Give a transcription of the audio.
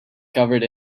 covered